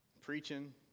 preaching